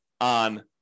on